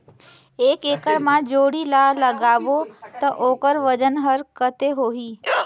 एक एकड़ मा जोणी ला लगाबो ता ओकर वजन हर कते होही?